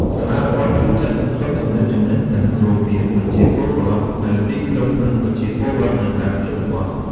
សាលារដ្ឋជួយកាត់បន្ថយគម្លាតចំណេះដឹងរវាងប្រជាពលរដ្ឋនៅទីក្រុងនិងប្រជាពលរដ្ឋនៅតាមជនបទ។